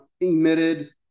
emitted